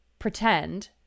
pretend